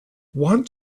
want